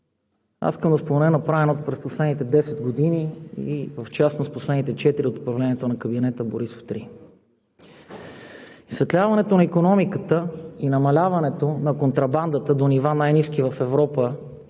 аз искам да спомена направеното през последните десет години и в частност последните четири от управлението на кабинета Борисов 3. Изсветляването на икономиката и намаляването на контрабандата до нива, най-ниски в Европа